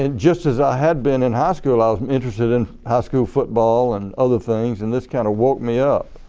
and just as i had been in high school, i was um interested in high school football and other things and this kind of woke me up.